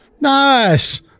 Nice